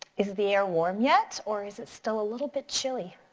is the air warm yet, or is it still a little bit chilly?